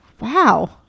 Wow